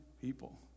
people